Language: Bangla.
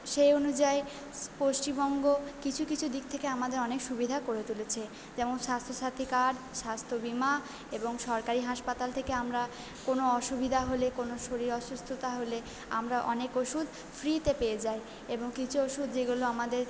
সেই অনুযায়ী পশ্চিমবঙ্গ কিছু কিছু দিক থেকে আমাদের অনেক সুবিধা করে তুলেছে যেমন স্বাস্থ্যসাথী কার্ড স্বাস্থ্যবিমা এবং সরকারি হাসপাতাল থেকে আমরা কোনো অসুবিদা হলে কোনো শরীর অসুস্থতা হলে আমরা অনেক ওষুধ ফ্রিতে পেয়ে যাই এবং কিছু ওষুধ যেগুলো আমাদের